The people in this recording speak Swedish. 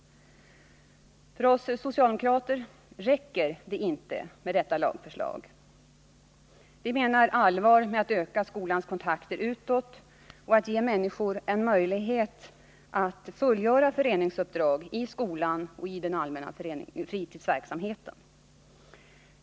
För oss socialdemokrater räcker det inte med detta lagförslag. Vi menar allvar med att öka skolans kontakter utåt och ge människor en möjlighet att medverka i skolan och den allmänna fritidsverksamheten.